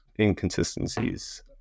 inconsistencies